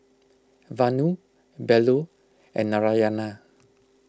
Vanu Bellur and Narayana